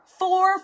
Four